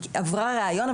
עברה ראיון,